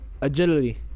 Agility